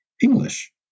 English